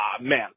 man